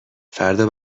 فردا